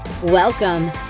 Welcome